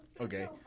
Okay